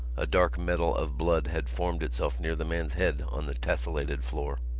a dark medal of blood had formed itself near the man's head on the tessellated floor.